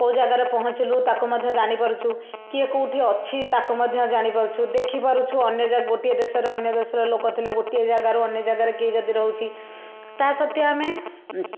କେଉଁ ଜାଗାରେ ପହଞ୍ଚିଲୁ ତାକୁ ମଧ୍ୟ ଜାଣିପାରୁଛୁ କିଏ କେଉଁଠି ଅଛି ତାକୁ ମଧ୍ୟ ଜାଣିପାରୁଛୁ ଦେଖିପାରୁଛୁ ଅନ୍ୟ ଜା ଗୋଟିଏ ଦେଶର ଅନ୍ୟ ଦେଶର ଲୋକ ଥିଲେ ଗୋଟିଏ ଜାଗାରୁ ଅନ୍ୟ ଜାଗାରେ କିଏ ଯଦି ରହୁଛି ତା ସହିତ ଆମେ